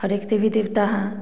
हर एक देवी देवता हैं